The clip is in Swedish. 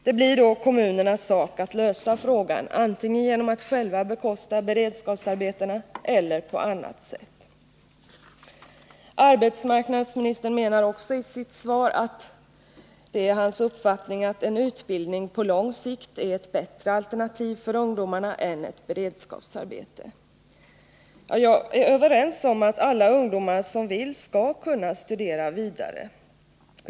Det blir då kommunernas sak att lösa frågan, antingen genom att de själva bekostar beredskapsarbetena eller på annat sätt. Arbetsmarknadsministern säger också i sitt svar att utbildning på lång sikt enligt hans uppfattning är ett bättre alternativ för ungdomarna än beredskapsarbete. Ja, jag är överens med arbetsmarknadsministern om att alla ungdomar som vill skall kunna studera vidare.